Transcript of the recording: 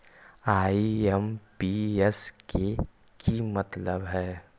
IMPS के कि मतलब है?